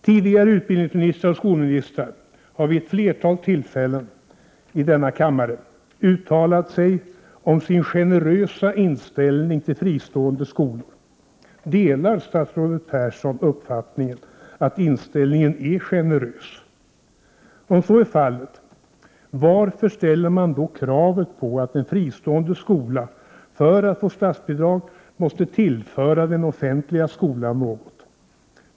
Tidigare utbildningsoch skolministrar har vid ett flertal tillfällen i denna kammare uttalat sin generösa inställning till fristående skolor. Delar statsrådet Persson uppfattningen att inställningen är generös? Om så är fallet, varför ställer man kravet att en fristående skola för att få statsbidrag måste tillföra den offentliga skolan något?